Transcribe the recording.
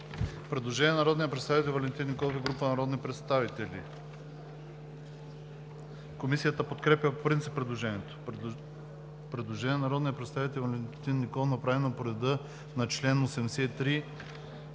Предложение на народния представител Валентин Николов и група народни представители. Комисията подкрепя по принцип предложението. Предложение на народния представител Валентин Николов, направено по реда на чл. 83,